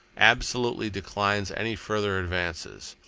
absolutely declines any further advances.